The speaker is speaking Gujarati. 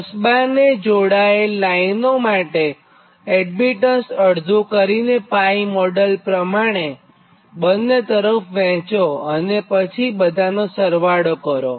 બસબારને જોડાયેલ લાઇનો માટે એડમીટન્સ અડધું કરીને π મોડેલ પ્રમાણે બંને તરફ વહેંચો અને પછી બધાંનો સરવાળો કરો